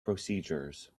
procedures